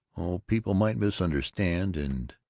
oh, people might misunderstand and